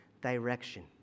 direction